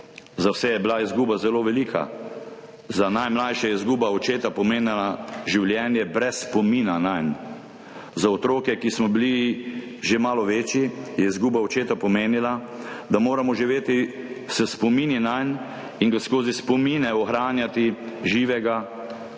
Za vse je bila izguba zelo velika. Za najmlajše je izguba očeta pomenila življenje brez spomina nanj. Za otroke, ki smo bili že malo večji, je izguba očeta pomenila, da moramo živeti s spomini nanj in ga skozi spomine ohranjati živega čim dlje.